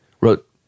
wrote